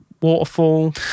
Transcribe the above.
Waterfall